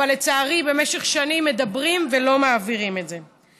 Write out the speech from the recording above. אבל לצערי במשך שנים מדברים ולא מעבירים את זה.